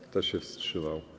Kto się wstrzymał?